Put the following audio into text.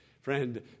Friend